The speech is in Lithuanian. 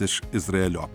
iš izraelio